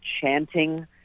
chanting